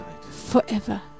forever